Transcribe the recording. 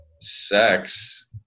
sex